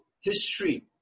history